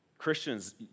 Christians